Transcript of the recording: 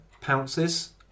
pounces